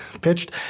pitched